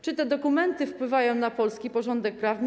Czy te dokumenty wpływają na polski porządek prawny?